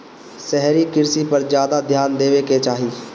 शहरी कृषि पर ज्यादा ध्यान देवे के चाही